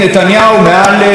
מעל בימת האו"ם,